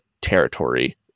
territory